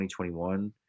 2021